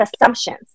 assumptions